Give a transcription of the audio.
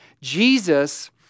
Jesus